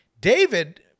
David